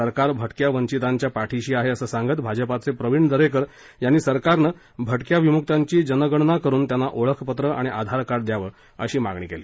सरकार भटक्या वंचितांच्या पाठीशी आहे असं सांगत भाजपाचे प्रवीण दरेकर यांनी सरकारन भटक्या विमुकांची जनगणना करून त्यांना ओळखपत्र आधारकार्ड द्यावं अशी मागणी केली